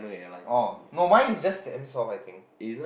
oh no mine is just damn soft I think